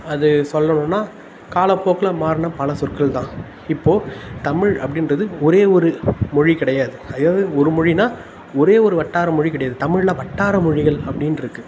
அது சொல்லணும்னால் காலப்போக்கில் மாறின பல சொற்கள் தான் இப்போது தமிழ் அப்படின்றது ஒரே ஒரு மொழி கிடையாது அதாவது ஒரு மொழின்னால் ஒரே ஒரு வட்டார மொழி கிடையாது தமிழில் வட்டார மொழிகள் அப்படின்ருக்கு